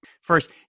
first